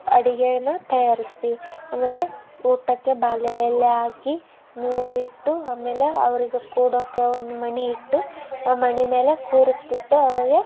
ಅಡುಗೇಯನ್ನ ತಯಾರಿಸ್ತೀವಿ ಆಮೇಲೆ ಊಟಕ್ಕೆ ಬಾಳೆ ಎಲೆ ಹಾಕಿ ನೀರಿಟ್ಟು ಆಮೇಲೆ ಅವರಿಗೆ ಕೂಡೋಕೆ ಒಂದು ಮಣೆ ಇಟ್ಟು ಆ ಮಣೆ ಮೇಲೆ ಕೂರಿಸ್ಬಿಟ್ಟು ಅವರಿಗೆ